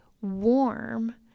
warm